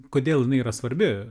kodėl jinai yra svarbi